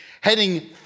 heading